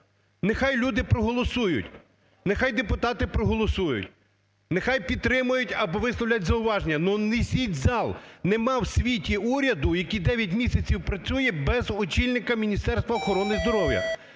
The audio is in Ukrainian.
Нехай люди проголосують, нехай депутати проголосують. Нехай підтримають або висловлять зауваження, но внесіть в зал. Нема в світі уряду, який 9 місяців працює без очільника Міністерства охорони здоров'я.